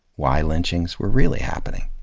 why lynchings were really happening.